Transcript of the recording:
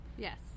Yes